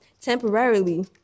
temporarily